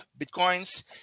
Bitcoins